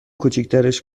کوچیکترش